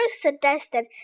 suggested